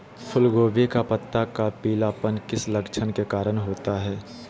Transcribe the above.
फूलगोभी का पत्ता का पीलापन किस लक्षण के कारण होता है?